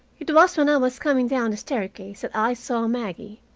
it was when i was coming down the staircase that i saw maggie.